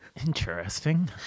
Interesting